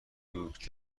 دوگ